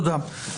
תודה,